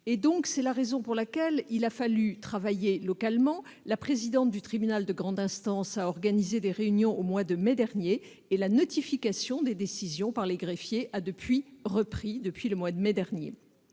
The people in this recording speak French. suivi. C'est la raison pour laquelle il a fallu travailler localement : la présidente du tribunal de grande instance a organisé des réunions au mois de mai dernier, et la notification des décisions par les greffiers a depuis lors repris. Cependant,